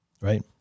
Right